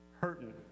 hurting